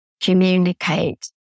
communicate